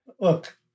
Look